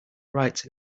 rights